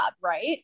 right